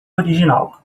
original